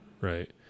Right